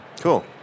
Cool